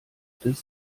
des